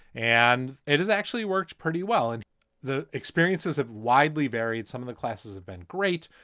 and it has actually worked pretty well. and the experiences have widely varied. some of the classes have been great.